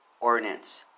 Ordinance